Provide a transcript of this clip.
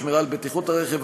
שמירה על בטיחות הרכב,